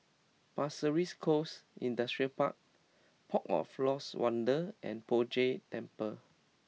Pasir Ris Coast Industrial Park Port of Lost Wonder and Poh Jay Temple